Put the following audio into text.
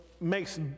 makes